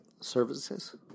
services